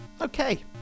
Okay